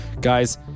guys